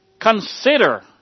consider